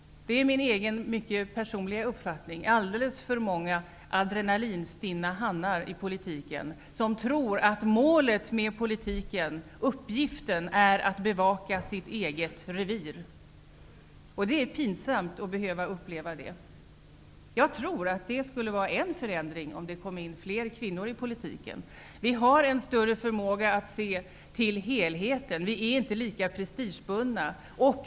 Min egen mycket personliga uppfattning är att det finns alldeles för många adrenalinstinna hannar i politiken som tror att uppgiften i politiken är att bevaka sitt eget revir. Det är pinsamt att behöva uppleva det. Det skulle bli en förändring om det kom in fler kvinnor i politiken. Vi kvinnor har en större förmåga att se till helheten och är inte lika prestigebundna.